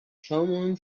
someone